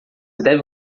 deve